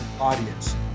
audience